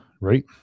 Right